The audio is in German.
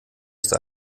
ist